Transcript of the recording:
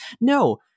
No